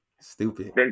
Stupid